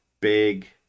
big